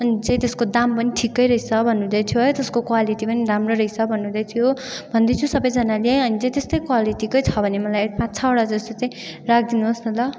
अनि चाहिँ त्यसको दाम पनि ठिक्कै रहेछ भन्नु हुँदैथ्यो त्यसको क्वालिटी पनि राम्रो रहेछ भन्नुहुँदैथ्यो भन्दैथियो सबैजनाले अनि त्यस्तै क्वालिटीकै छ भने मलाई पाँच छवटा जस्तो चाहिँ राख्दिनुहोस् न ल